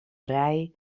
rij